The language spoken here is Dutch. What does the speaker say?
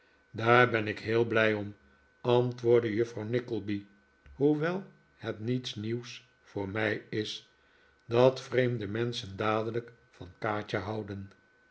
daar ben ik heel blij om antwoordde juffrouw nickleby hoewel het niets hieuws voor mij is dat vreemde menschen dadelijk van kaatje houden